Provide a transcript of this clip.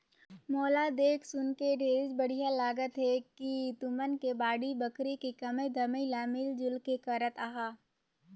मोला देख सुनके ढेरेच बड़िहा लागत हे कि तुमन के बाड़ी बखरी के कमई धमई ल मिल जुल के करत अहा